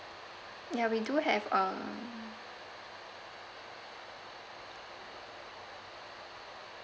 ya we do have um